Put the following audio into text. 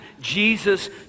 Jesus